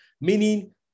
meaning